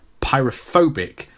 Pyrophobic